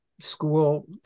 school